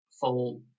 full